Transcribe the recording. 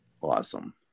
Awesome